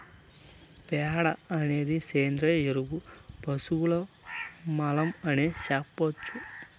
ప్యాడ అనేది సేంద్రియ ఎరువు పశువుల మలం అనే సెప్పొచ్చు